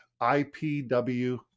IPW